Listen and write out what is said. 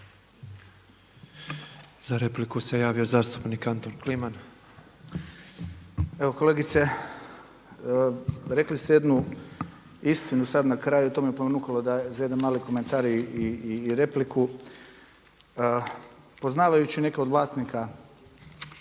Za repliku se javio zastupnik Anton Kliman.